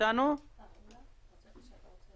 רק משפט אחד, חבר הכנסת מנסור.